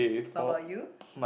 what about you